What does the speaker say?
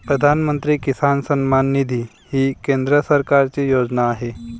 प्रधानमंत्री किसान सन्मान निधी ही केंद्र सरकारची योजना आहे